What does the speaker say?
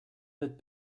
that